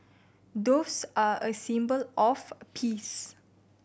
doves are a symbol of peace